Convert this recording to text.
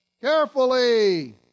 carefully